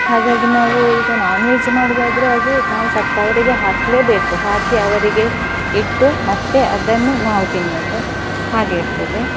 ಹಾಗಾಗಿ ನಾವು ಈಗ ನಾನ್ ವೆಜ್ ಮಾಡೋದಾದರೆ ಅದು ನಾವು ಸತ್ತವರಿಗೆ ಹಾಕಲೇಬೇಕು ಹಾಕಿ ಅವರಿಗೆ ಇಟ್ಟು ಮತ್ತೆ ಅದನ್ನು ನಾವು ತಿನ್ನುವುದು ಹಾಗೆ ಇರ್ತದೆ